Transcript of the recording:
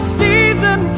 season